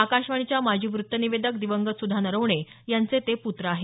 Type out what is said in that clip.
आकाशवाणीच्या माजी वृत्तनिवेदक दिवंगत सुधा नरवणे यांचे ते प्त्र आहेत